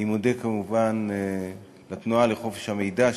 אני מודה כמובן לתנועה לחופש המידע,